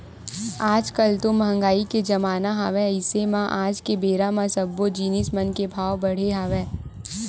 आज कल तो मंहगाई के जमाना हवय अइसे म आज के बेरा म सब्बो जिनिस मन के भाव बड़हे हवय